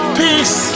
peace